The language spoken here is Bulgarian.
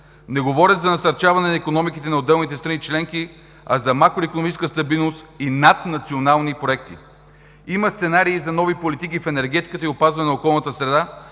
Не говорят за насърчаване на икономиките на отделните страни членки, а за макроикономическа стабилност и наднационални проекти. Има сценарии за нови политики в енергетиката и опазване на околната среда,